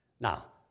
Now